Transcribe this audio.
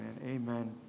Amen